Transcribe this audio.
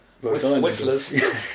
Whistlers